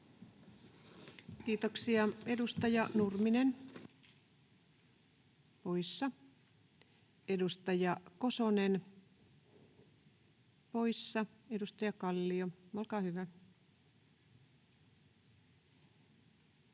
Kiitoksia. — Edustaja Nurminen poissa, edustaja Kosonen poissa. — Edustaja Kallio, olkaa hyvä.